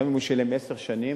גם אם הוא שילם עשר שנים,